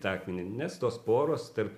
tą akmenį nes tos poros tarp